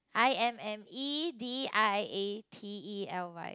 I M M E D I A T E L Y